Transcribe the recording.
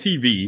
TV